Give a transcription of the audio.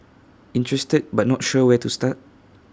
interested but not sure where to start